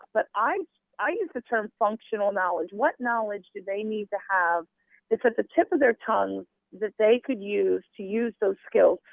but i i use the term functional knowledge, what knowledge do they need to have that's at the tip of their tongues that they could use to use those skills.